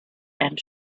and